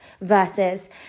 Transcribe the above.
versus